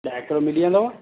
ॾह किलो मिली वेंदव